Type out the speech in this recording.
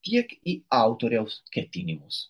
tiek į autoriaus ketinimus